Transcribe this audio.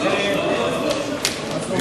(תיקון